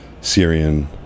Syrian